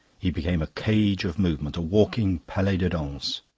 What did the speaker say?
he became a cage of movement, a walking palais de danse.